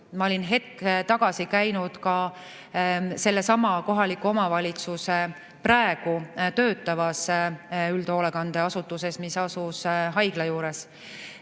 Ma olin hetk tagasi käinud sellesama kohaliku omavalitsuse praegu töötavas üldhoolekandeasutuses, mis asus haigla juures.